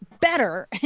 better